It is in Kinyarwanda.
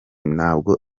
ntabwo